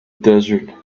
desert